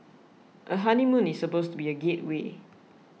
a honeymoon is supposed to be a gateway